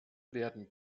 werden